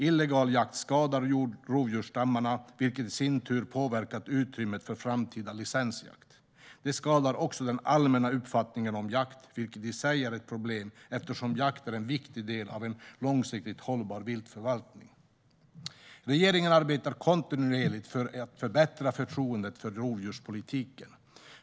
Illegal jakt skadar rovdjursstammarna, vilket i sin tur påverkar utrymmet för framtida licensjakt. Det skadar också den allmänna uppfattningen om jakt, vilket i sig är ett problem eftersom jakt är en viktig del av en långsiktigt hållbar viltförvaltning. Regeringen arbetar kontinuerligt för att förbättra förtroendet för rovdjurspolitiken.